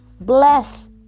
bless